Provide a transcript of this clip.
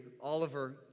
Oliver